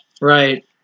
Right